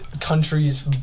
countries